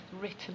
written